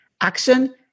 action